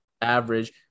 average